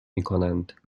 میکنند